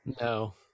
No